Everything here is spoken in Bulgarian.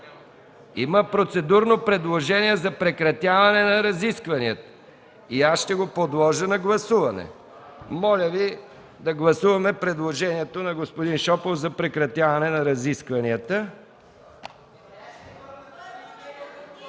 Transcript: Има процедурно предложение за прекратяване на разискванията. И аз ще го подложа на гласуване. Моля Ви да гласуваме предложението на господин Шопов за прекратяване на разискванията.